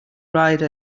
ride